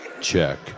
Check